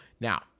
Now